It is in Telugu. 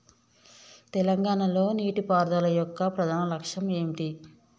తెలంగాణ లో నీటిపారుదల యొక్క ప్రధాన లక్ష్యం ఏమిటి?